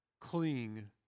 cling